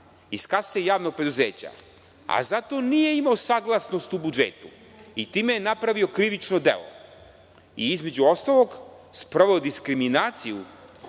iz kase javnog preduzeća, a za to nije imao saglasnost u budžetu i time je napravio krivično delo i sproveo diskriminaciju